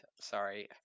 sorry